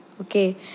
okay